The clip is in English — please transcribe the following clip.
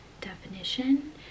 definition